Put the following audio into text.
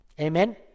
Amen